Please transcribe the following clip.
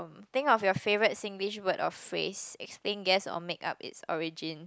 think of your favorite Singlish word or phrase explain guess or make up its origins